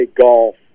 golf